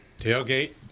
tailgate